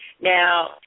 Now